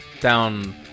down